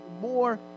more